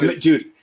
dude